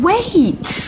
Wait